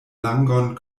langon